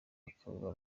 bakaba